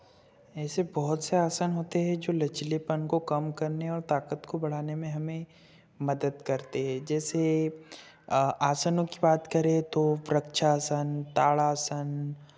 ऐसे बहुत से आसन होते है जो लचीलेपन को कम करने और ताकत को बढ़ाने में हमें मदद करते हैं जैसे आसनों की बात करें तो प्रक्षासन ताड़ासन